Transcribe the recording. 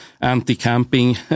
anti-camping